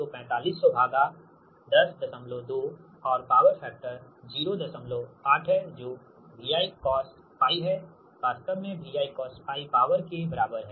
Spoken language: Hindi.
तो4500 भागा 102 और पॉवर फैक्टर 08 है जो VI cos∅ है वास्तव में VI cos∅ पॉवर के बराबर है